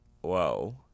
whoa